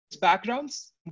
backgrounds